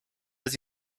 jest